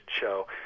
show